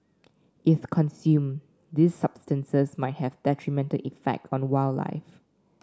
if consumed these substances might have detrimental effect on wildlife